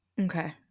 Okay